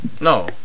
No